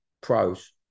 pros